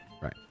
Right